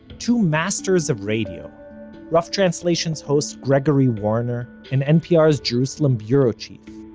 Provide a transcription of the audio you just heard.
two masters of radio rough translation's host gregory warner, and npr's jerusalem bureau chief,